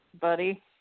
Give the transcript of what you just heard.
buddy